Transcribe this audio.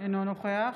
אינו נוכח